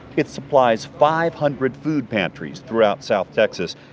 it supplies five hundred food pantries throughout south texas.